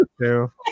two